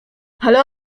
ale